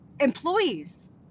employees